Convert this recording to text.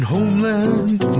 Homeland